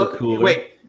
Wait